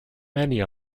many